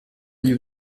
degli